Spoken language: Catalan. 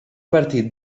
partit